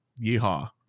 yeehaw